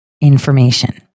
information